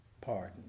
pardon